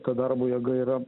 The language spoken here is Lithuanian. kad darbo jėga yra